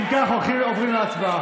אם כך, עוברים להצבעה.